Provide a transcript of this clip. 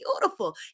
beautiful